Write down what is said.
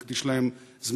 טוב שאנחנו נקדיש להם זמן,